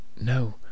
no